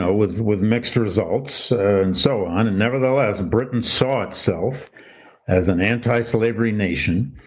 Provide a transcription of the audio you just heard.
ah with with mixed results and so on, and nevertheless, britain saw itself as an anti-slavery nation.